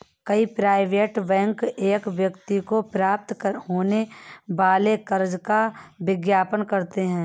कई private bank एक व्यक्ति को प्राप्त होने वाले कर्ज का विज्ञापन करते हैं